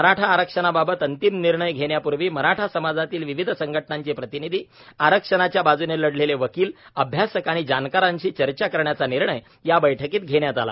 मराठा आरक्षणाबाबत अंतिम निर्णय घेण्याप्र्वी मराठा समाजातील विविध संघटनांचे प्रतिनिधी आरक्षणाच्या बाजूने लढलेले वकील अभ्यासक आणि जाणकारांशी चर्चा करण्याचा निर्णय याबैठकीत घेण्यात आला